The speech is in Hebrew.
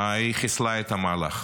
חיסלה את המהלך.